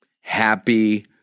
happy